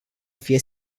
fie